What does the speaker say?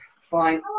fine